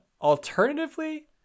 Alternatively